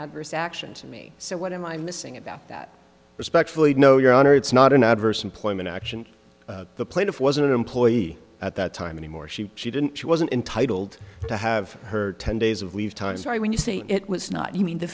adverse action to me so what am i missing about that respectfully no your honor it's not an adverse employment action the plaintiff was an employee at that time anymore she she didn't she wasn't entitled to have her ten days of leave time sorry when you say it was not you mean the